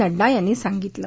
नङ्डा यांनी सांगितलं